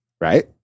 Right